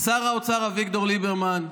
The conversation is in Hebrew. שר האוצר אביגדור ליברמן,